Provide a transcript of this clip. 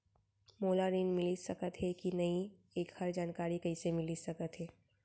मोला ऋण मिलिस सकत हे कि नई एखर जानकारी कइसे मिलिस सकत हे?